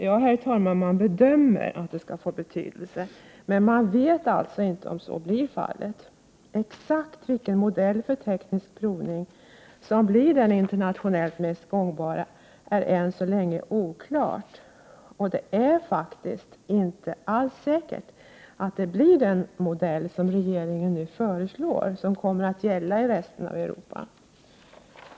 Ja, herr talman, man bedömer alltså att det skall få betydelse men man vet inte ännu om så blir fallet. Exakt vilken modell för teknisk provning som blir den internationellt mest gångbara är än så länge oklart, och det är faktiskt inte alls säkert att den modell som regeringen nu föreslår kommer att gälla i det övriga Europa.